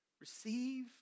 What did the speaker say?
receive